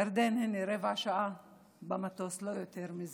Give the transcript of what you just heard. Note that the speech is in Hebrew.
ירדן, הינה, רבע שעה במטוס, לא יותר מזה.